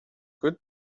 good